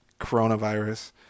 coronavirus